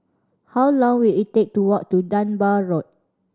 how long will it take to walk to Dunbar Road